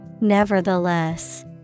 nevertheless